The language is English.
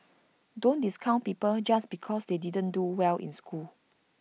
don't discount people just because they didn't do well in school